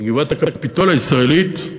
בגבעת הקפיטול הישראלית,